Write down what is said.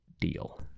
deal